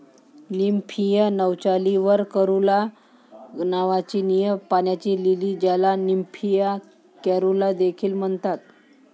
Nymphaea nouchali वर caerulea नावाची निळ्या पाण्याची लिली, ज्याला निम्फिया कॅरुला देखील म्हणतात